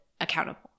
accountable